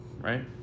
right